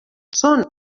són